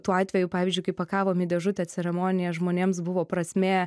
tų atvejų pavyzdžiui kai pakavom į dėžutę ceremoniją žmonėms buvo prasmė